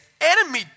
enemy